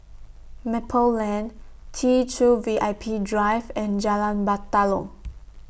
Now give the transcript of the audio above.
Maple Lane T two V I P Drive and Jalan Batalong